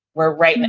we're right. and